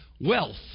Wealth